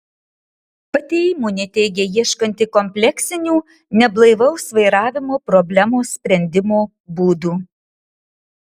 pati įmonė teigia ieškanti kompleksinių neblaivaus vairavimo problemos sprendimo būdų